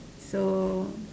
so